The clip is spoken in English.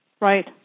Right